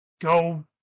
go